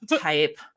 type